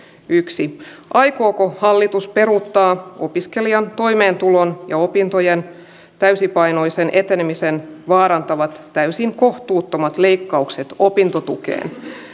aikooko hallitus peruuttaa opiskelijan toimeentulon ja opintojen täysipainoisen etenemisen vaarantavat täysin kohtuuttomat leikkaukset opintotukeen